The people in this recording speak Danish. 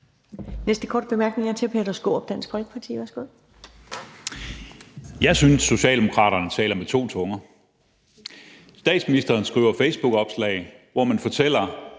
Jeg synes, Socialdemokraterne taler med to tunger. Statsministeren skriver facebookopslag, hvor hun fortæller